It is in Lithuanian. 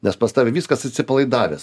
nes pas tave viskas atsipalaidavęs